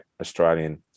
Australian